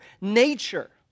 nature